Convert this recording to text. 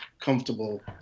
comfortable